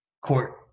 court